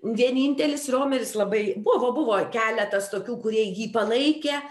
vienintelis riomeris labai buvo buvo keletas tokių kurie jį palaikė